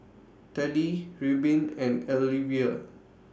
Tallie Reubin and Alyvia